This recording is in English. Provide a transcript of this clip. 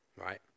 right